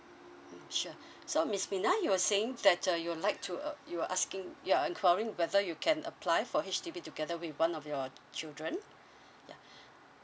sure so miss mina you were saying that uh you'd like to uh you're asking you're inquiring whether you can apply for H_D_B together with one of your children ya